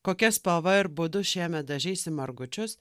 kokia spalva ir būdu šiemet dažysim margučius